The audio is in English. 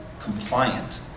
compliant